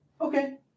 Okay